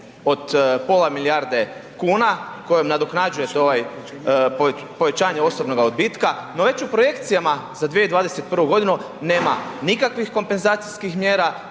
od pola milijarde kuna kojom nadoknađujete ovo povećanje osobnog odbitka no već u projekcijama za 2021. g. nema nikakvih kompenzacijskih mjera